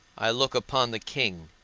i look upon the king,